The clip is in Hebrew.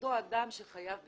כלפי אותו אדם שחייב כסף.